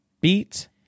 beat